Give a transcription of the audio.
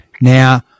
Now